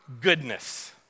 goodness